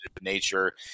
nature